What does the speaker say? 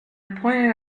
pointed